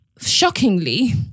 Shockingly